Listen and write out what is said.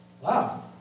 Wow